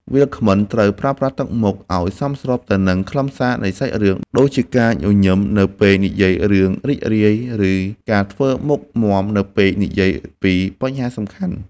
វាគ្មិនត្រូវប្រើប្រាស់ទឹកមុខឱ្យសមស្របទៅតាមខ្លឹមសារនៃសាច់រឿង ដូចជាការញញឹមនៅពេលនិយាយរឿងរីករាយ ឬការធ្វើមុខមាំនៅពេលនិយាយពីបញ្ហាសំខាន់។